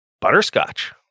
butterscotch